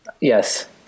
Yes